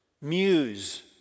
Muse